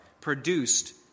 produced